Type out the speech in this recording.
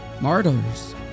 martyrs